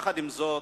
עם זאת,